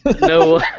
No